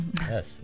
Yes